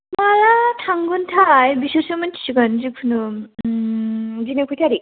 माला थांगोन थाय बिसोरसो मोन्थिसिगोन जिखुनु ओम दिनै कय तारिख